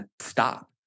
stop